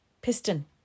piston